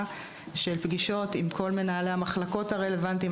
של פגישות עם כל מנהלי המחלקות הרלוונטיים,